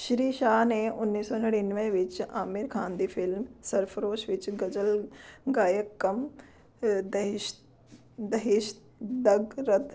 ਸ਼੍ਰੀ ਸ਼ਾਹ ਨੇ ਉੱਨੀ ਸੌ ਨੜਿਨਵੇਂ ਵਿੱਚ ਆਮਿਰ ਖਾਨ ਦੀ ਫਿਲਮ ਸਰਫਰੋਸ਼ ਵਿੱਚ ਗ਼ਜ਼ਲ ਗਾਇਕ ਕਮ ਦਹੇਸ਼ ਦਹੇਸ਼ ਦਘ ਰਧ